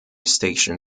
station